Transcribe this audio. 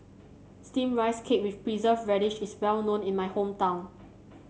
steam Rice Cake with preserve radish is well known in my hometown